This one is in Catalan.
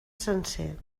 sencer